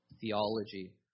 theology